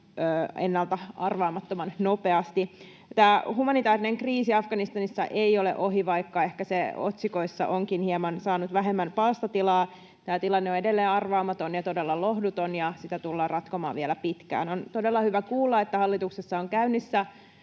ennalta arvaamattoman nopeasti. Tämä humanitäärinen kriisi Afganistanissa ei ole ohi, vaikka ehkä se onkin saanut hieman vähemmän palstatilaa otsikoissa. Tämä tilanne on edelleen arvaamaton ja todella lohduton, ja sitä tullaan ratkomaan vielä pitkään. On todella hyvä kuulla, että hallituksessa on käynnissä